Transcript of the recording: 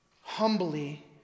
humbly